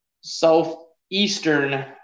Southeastern